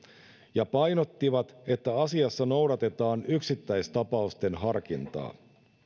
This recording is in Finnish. ja painottivat että asiassa noudatetaan yksittäistapausten harkintaa